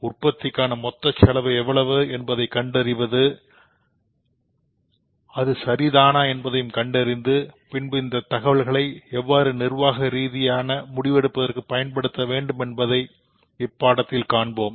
உற்பத்திக்கான மொத்த செலவு எவ்வளவு என்பதை சரியாக கணக்கிடுவது எப்படி என்பதை கண்டறிந்து சரியானதுதானா என்பதையும் கண்டறிந்து பின்பு இந்த தகவல்களை எவ்வாறு நிர்வாக ரீதியான முடிவெடுப்பதற்கு பயன்படுத்த வேண்டும் என்பதை காண்போம்